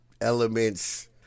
elements